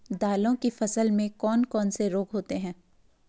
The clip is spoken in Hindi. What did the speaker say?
दालों की फसल में कौन कौन से रोग होते हैं?